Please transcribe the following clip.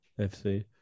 FC